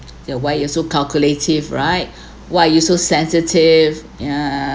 ya why you are so calculative right why you so sensitive yeah